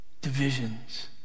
divisions